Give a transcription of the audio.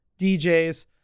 DJs